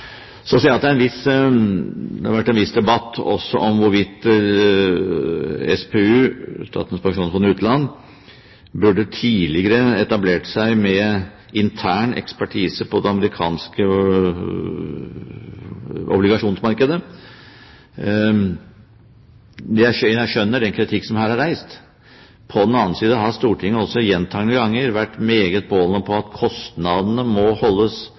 Så ser jeg at det har vært en viss debatt også om hvorvidt SPU, Statens pensjonsfond – Utland, tidligere burde etablert intern ekspertise på det amerikanske obligasjonsmarkedet. Jeg skjønner den kritikk som her er reist. På den annen side har Stortinget gjentatte ganger vært meget påholden på at kostnadene må holdes